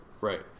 Right